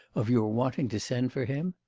of your wanting to send for him?